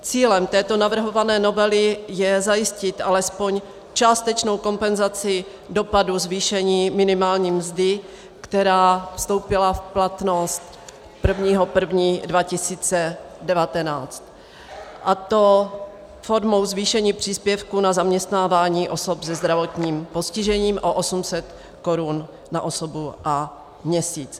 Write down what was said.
Cílem této navrhované novely je zajistit alespoň částečnou kompenzaci dopadů zvýšení minimální mzdy, která vstoupila v platnost 1. 1. 2019, a to formou zvýšení příspěvku na zaměstnávání osob se zdravotním postižením o 800 Kč na osobu a měsíc.